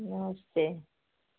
नमस्ते